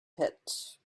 pit